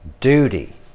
duty